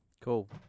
Cool